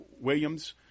Williams